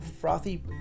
frothy